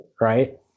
right